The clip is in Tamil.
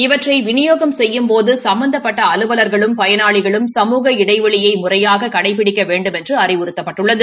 இவற்றை விநியோகம் செய்யும்போது சம்பந்தப்பட்ட அலுவலர்களும் பயனாளிகளும் சமூக இடைவெளியை முறையாக கடைபிடிக்க வேண்டுமென்று அறிவுறுத்தப்பட்டுள்ளது